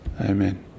Amen